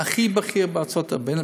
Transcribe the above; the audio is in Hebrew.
בין הכי בכירים בארצות-הברית,